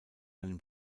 einem